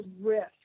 risk